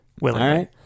Willingly